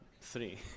three